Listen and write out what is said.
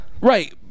Right